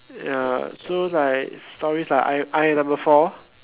ya so like stories like I I am number four